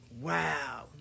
wow